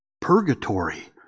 purgatory